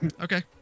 Okay